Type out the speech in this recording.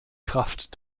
kraft